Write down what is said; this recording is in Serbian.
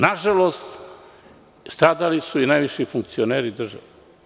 Nažalost, stradali su i najviši funkcioneri države.